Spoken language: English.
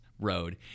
road